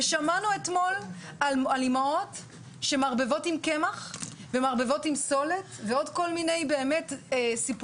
ושמענו אתמול על אימהות שמערבבות עם קמח וסולת ועוד כל מיני סיפורים.